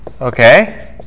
Okay